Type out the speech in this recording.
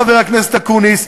חבר הכנסת אקוניס,